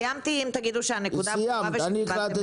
סיימתי, אם תגידו שהנקודה ברורה ושקיבלתם.